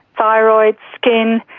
thyroid, skin,